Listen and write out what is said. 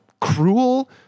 cruel